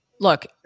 Look